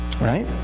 right